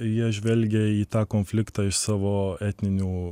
jie žvelgia į tą konfliktą iš savo etninių